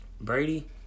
Brady